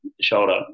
shoulder